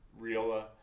Riola